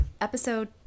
Episode